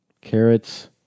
Carrots